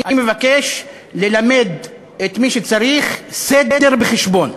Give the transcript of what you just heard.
אני מבקש ללמד את מי שצריך סדר בחשבון,